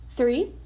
Three